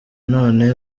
none